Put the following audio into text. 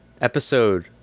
episode